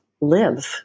live